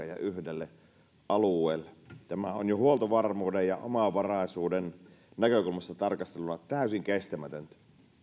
ja yhdelle alueelle tämä on jo huoltovarmuuden ja omavaraisuuden näkökulmasta tarkasteltuna täysin kestämätöntä